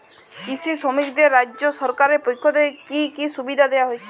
কৃষি শ্রমিকদের রাজ্য সরকারের পক্ষ থেকে কি কি সুবিধা দেওয়া হয়েছে?